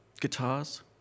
guitars